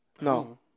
No